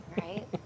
Right